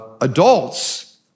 adults